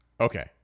Okay